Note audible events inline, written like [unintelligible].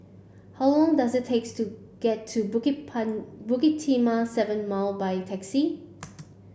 how long does it take to get to Bukit [unintelligible] Bukit Timah Seven Mile by taxi